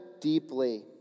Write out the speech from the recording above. deeply